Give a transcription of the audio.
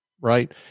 right